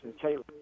Taylor